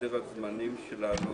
סדר הזמנים שלנו,